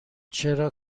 چرا